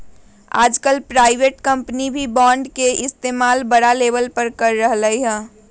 आजकल private company भी bond के इस्तेमाल बड़ा लेवल पर कर रहले है